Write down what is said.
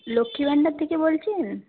লক্ষ্মী ভান্ডার থেকে বলছেন